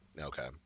Okay